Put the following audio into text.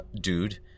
dude